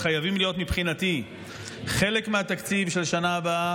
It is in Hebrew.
שחייבים להיות מבחינתי חלק מהתקציב של השנה הבאה,